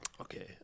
Okay